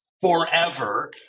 forever